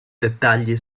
dettagli